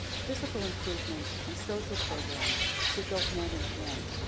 physical improvements and social programs should go hand in hand,